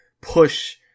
push